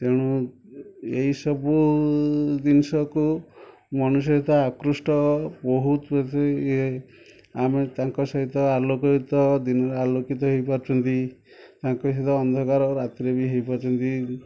ତେଣୁ ଏଇ ସବୁ ଜିନିଷକୁ ମଣିଷ ଯେତେ ଆକୃଷ୍ଠ ବହୁତ ଆମେ ତାଙ୍କ ସହିତ ଆଲୋକିତ ଦିନରେ ଆଲୋକିତ ହୋଇପାରୁଛନ୍ତି ତାଙ୍କ ସହିତ ଅନ୍ଧକାର ରାତିରେ ବି ହୋଇପାରୁଛନ୍ତି